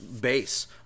base